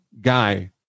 guy